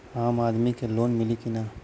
आम आदमी के लोन मिली कि ना?